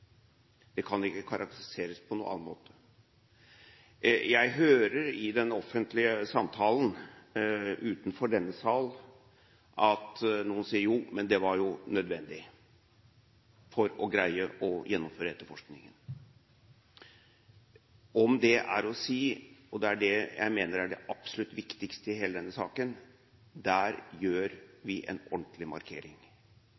Det kan ikke karakteriseres på noen annen måte. Jeg hører i den offentlige samtalen utenfor denne sal at noen sier: Jo, men det var jo nødvendig for å greie å gjennomføre etterforskningen. Om det er det å si – og det er det jeg mener er det absolutt viktigste i hele denne saken